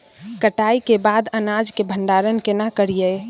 कटाई के बाद अनाज के भंडारण केना करियै?